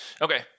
okay